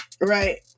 Right